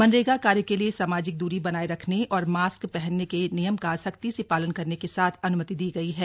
मनरेगा कार्य के लिए सामाजिक द्री बनाए रखने और मास्क पहनने के नियम का सख्ती से पालन करने के साथ अन्मति दी गई है